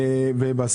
המקום של אותו עובד.